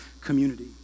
community